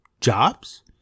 jobs